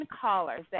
callers